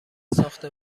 ساخت